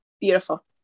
beautiful